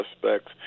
suspects